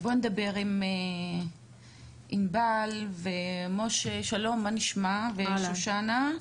שלום ענבל, משה ושושנה.